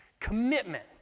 commitment